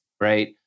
right